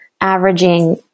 averaging